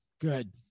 Good